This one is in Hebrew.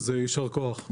אז יישר כוח,